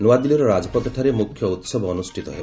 ନ୍ତଆଦିଲ୍ଲୀର ରାଜପଥଠାରେ ମୁଖ୍ୟ ଉହବ ଅନୁଷ୍ଠିତ ହେବ